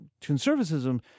conservatism